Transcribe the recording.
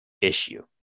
issue